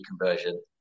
conversion